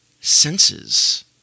senses